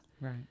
Right